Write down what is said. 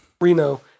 Reno